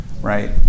right